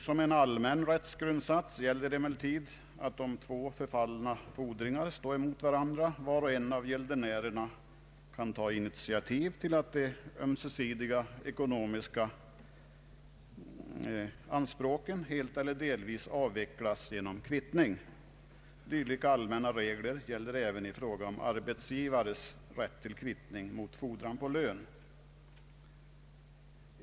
Som en allmän rättsgrundsats gäller emellertid att om två förfallna fordringar står mot varandra var och en av gäldenärerna kan ta initiativ till att de ömsesidiga ekonomiska anspråken helt eller delvis avvecklas genom kvittning. Dylika allmänna regler gäller även i fråga om arbetsgivares rätt till kvittning mot fordran på lön.